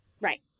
Right